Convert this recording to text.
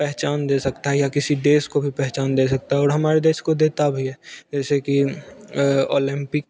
पहचान दे सकता है या किसी देश को भी पहचान दे सकता है और हमारे देश को देता भी है जैसे कि ओलम्पिक